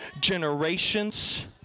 generations